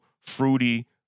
fruity